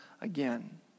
again